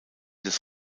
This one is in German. des